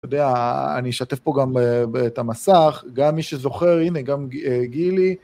אתה יודע, אני אשתף פה גם ב.. את המסך, גם מי שזוכר, הנה, גם אה.. גילי.